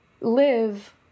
live